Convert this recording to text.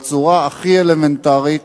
בצורה הכי אלמנטרית,